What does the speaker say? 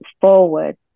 forward